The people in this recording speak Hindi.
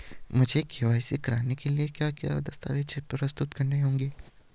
मुझे के.वाई.सी कराने के लिए क्या क्या दस्तावेज़ प्रस्तुत करने होंगे?